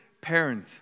parent